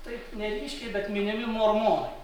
taip neryškiai bet minimi mormonai